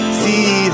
see